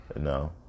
No